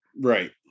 Right